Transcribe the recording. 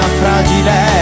fragile